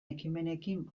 ekimenekin